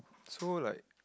so like